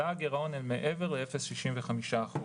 עלה הגירעון מעבר ל-0.65%.